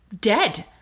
dead